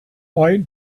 white